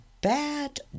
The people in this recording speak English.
bad